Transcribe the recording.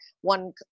One